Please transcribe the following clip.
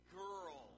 girl